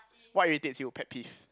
what irritates you pet peeve